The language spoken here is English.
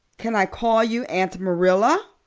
can i call you aunt marilla?